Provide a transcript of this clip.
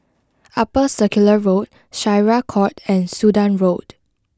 Upper Circular Road Syariah Court and Sudan Road